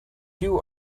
you